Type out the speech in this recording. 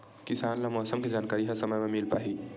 किसान ल मौसम के जानकारी ह समय म मिल पाही?